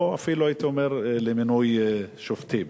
או אפילו הייתי אומר למינוי שופטים.